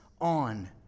on